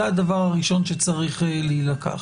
אז זה הדבר הראשון שצריך להילקח.